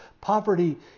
poverty